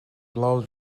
blow